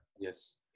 Yes